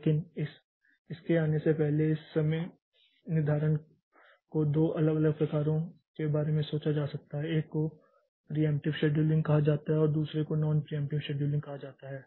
लेकिन इसके आने से पहले इस समय निर्धारण को दो अलग अलग प्रकारों के बारे में सोचा जा सकता है एक को प्रियेंप्टिव शेड्यूलिंग कहा जाता है और दूसरे को नॉन प्रियेंप्टिव शेड्यूलिंग कहा जाता है